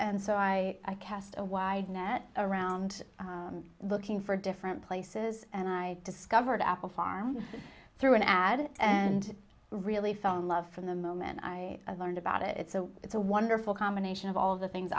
and so i cast a wide net around looking for different places and i discovered apple farm through an ad and really fell in love from the moment i learned about it so it's a wonderful combination of all the things